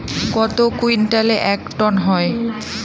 কত কুইন্টালে এক টন হয়?